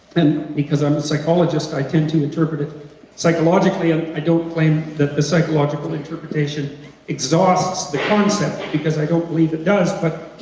and because i'm a psychologist, i tend to interpret it psychologically and i don't claim that the psychological interpretation exhausts the concept, because i don't believe it does, but